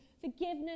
forgiveness